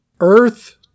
Earth